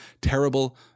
terrible